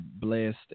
blessed